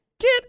Get